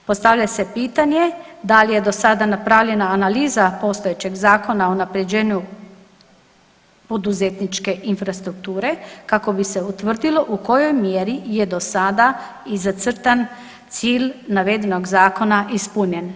Postavlja se pitanje da li je do sada napravljena analiza postojećeg Zakona o unaprjeđenju poduzetničke infrastrukture kako bi se utvrdilo u kojoj mjeri je do sada i zacrtan cilj navedenog zakona ispunjen.